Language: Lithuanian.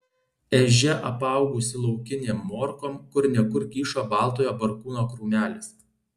ežia apaugusi laukinėm morkom kur ne kur kyšo baltojo barkūno krūmelis